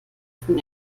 von